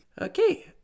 okay